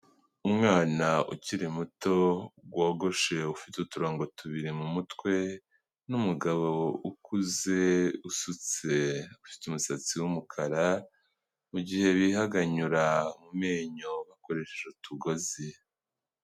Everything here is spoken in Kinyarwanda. Umwana ukiri muto wogoshe ufite uturongogo tubiri mumutwe n,Umugabo ukuze usutse ufite umusatsi wumukara mugihe bihanganyura mumenyo bakoresheje utugozi.